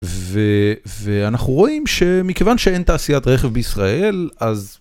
ואנחנו רואים שמכיוון שאין תעשיית רכב בישראל אז